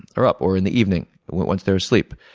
are up or in the evening once they're asleep.